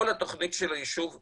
כל התוכנית של היישוב תקועה.